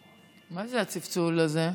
זה הצלצול הזה?